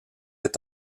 est